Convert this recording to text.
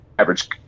Average